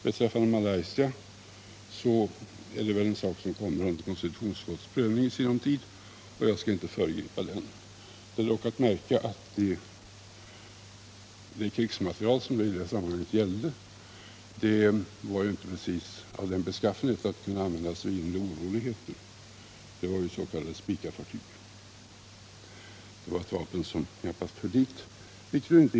Beträffande Malaysia kommer väl den frågan under konstitutionsutskottets prövning i sinom tid, och jag skall inte föregripa den prövningen. Det är dock att märka att den krigsmateriel som det gällde inte precis var av den beskaffenheten att den kunde användas vid inre oroligheter. Det gällde ju s.k. Spicafartyg, ett vapen som knappast hör hit.